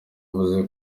yavuze